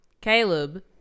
Caleb